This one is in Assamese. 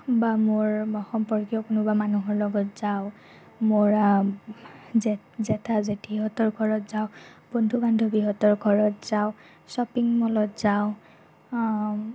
বা মোৰ সম্পৰ্কীয় কোনোবা মানুহৰ লগত যাওঁ মোৰ জেঠা জেঠিহঁতৰ ঘৰত যাওঁ বন্ধু বান্ধৱীহঁতৰ ঘৰত যাওঁ শ্বপিং মলত যাওঁ